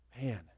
man